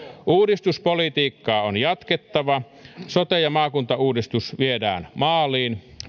uudistuspolitiikkaa on jatkettava sote ja maakuntauudistus viedään maaliin